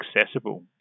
accessible